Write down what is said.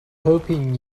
hoping